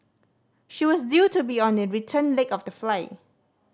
she was due to be on the return leg of the flight